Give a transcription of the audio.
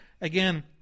again